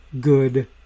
good